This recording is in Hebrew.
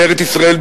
בארץ-ישראל,